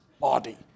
body